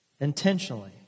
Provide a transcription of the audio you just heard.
intentionally